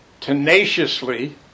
tenaciously